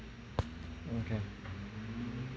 okay